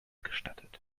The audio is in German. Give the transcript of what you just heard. gestattet